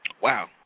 Wow